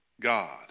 God